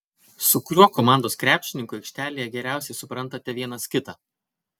su kuriuo komandos krepšininku aikštelėje geriausiai suprantate vienas kitą